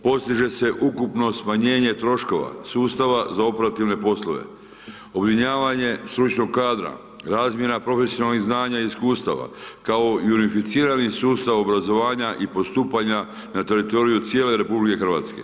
Postiže se ukupno smanjenje troškova sustava za operativne poslove, objedinjavanje stručnog kadra, razmjena profesionalnih znanja i iskustava, kao i unificirani sustav obrazovanja i postupanja na teritoriju cijele RH.